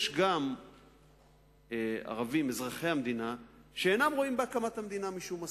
יש גם ערבים אזרחי המדינה שאינם רואים בהקמת מדינת ישראל משום אסון.